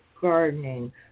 gardening